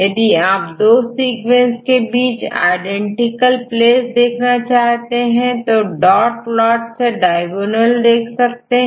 फिर आप दो सीक्वेंस के बीच आईडेंटिकल प्लेस देख सकते हैं और डॉट प्लॉट में डायगोनल देख सकते हैं